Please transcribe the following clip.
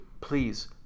please